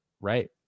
right